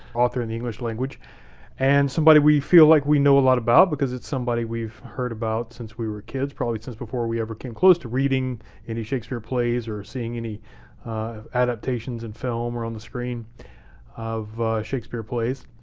author in the english language and somebody we feel like we know a lot about because it's somebody we've heard about since we were kids, probably since before we ever came close to reading any shakespeare plays or seeing any adaptations in film or on the screen of shakespeare plays,